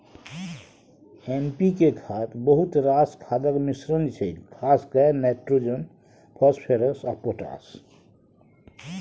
NPK खाद बहुत रास खादक मिश्रण छै खास कए नाइट्रोजन, फास्फोरस आ पोटाश